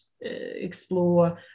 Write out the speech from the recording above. explore